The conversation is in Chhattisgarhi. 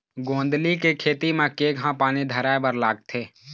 गोंदली के खेती म केघा पानी धराए बर लागथे?